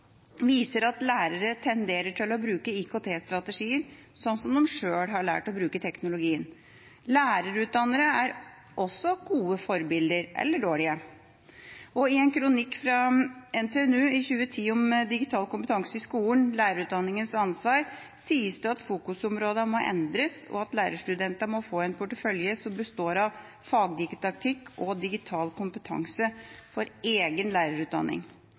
viser at lærere tenderer til å bruke IKT-strategier sånn som de sjøl har lært å bruke teknologien. Lærerutdannere er også gode forbilder – eller dårlige. I en kronikk av to NTNU-ansatte i 2010, «Digital kompetanse i skolen – lærerutdanningens ansvar», sies det at fokusområdene må endres, og at lærerstudenter må få en portefølje som består av fagdidaktikk og digital kompetanse for egen lærerutdanning.